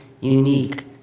unique